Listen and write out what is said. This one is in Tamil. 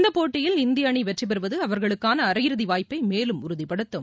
இந்த போட்டியில் இந்திய அணி வெற்றி பெறவது அவர்களுக்கான அரையிறுதி வாய்ப்பை மேலும் உறுதிப்படுத்தும்